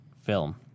film